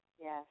Yes